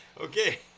Okay